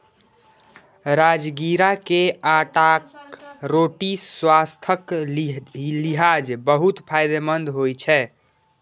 राजगिरा के आटाक रोटी स्वास्थ्यक लिहाज बहुत फायदेमंद होइ छै